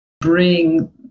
bring